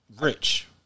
Rich